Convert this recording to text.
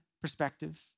perspective